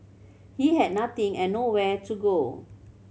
he had nothing and nowhere to go